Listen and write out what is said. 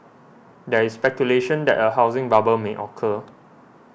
there is speculation that a housing bubble may occur